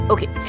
Okay